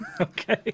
Okay